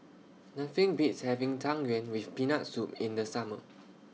Nothing Beats having Tang Yuen with Peanut Soup in The Summer